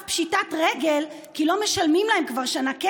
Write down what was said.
פשיטת רגל כי לא משלמים להם כסף כבר שנה,